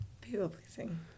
People-pleasing